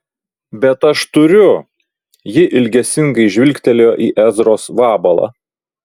bet aš turiu ji ilgesingai žvilgtelėjo į ezros vabalą